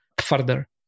further